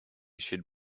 should